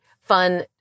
fun